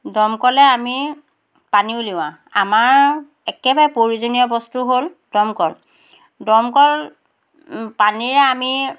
দমকলে আমি পানী উলিওৱা আমাৰ একেবাৰে প্ৰয়োজনীয় বস্তু হ'ল দমকল দমকল পানীৰে আমি